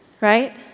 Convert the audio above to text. Right